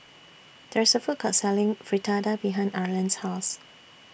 There IS A Food Court Selling Fritada behind Arland's House